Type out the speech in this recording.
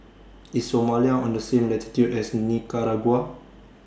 IS Somalia on The same latitude as Nicaragua